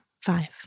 five